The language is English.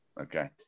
Okay